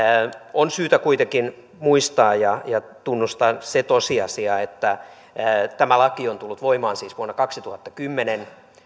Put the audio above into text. on syytä kuitenkin muistaa ja ja tunnustaa se tosiasia että tämä laki on tullut voimaan siis vuonna kaksituhattakymmenen